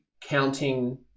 counting